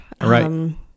Right